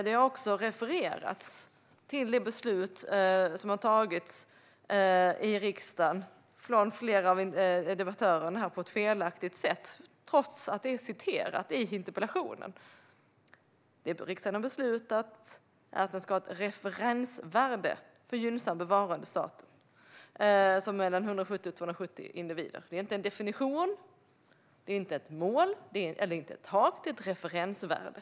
Flera av debattörerna har också refererat till riksdagsbeslutet på ett felaktigt sätt, trots att det står i interpellationen att riksdagen har beslutat att referensvärdet för gynnsam bevarandestatus ska vara 170-270 individer. Det är inte en definition, det är inte ett mål, det är inte ett tak - det är ett referensvärde.